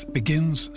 begins